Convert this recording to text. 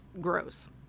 gross